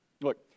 look